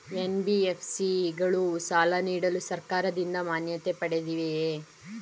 NBFC ಗಳು ಸಾಲ ನೀಡಲು ಸರ್ಕಾರದಿಂದ ಮಾನ್ಯತೆ ಪಡೆದಿವೆಯೇ?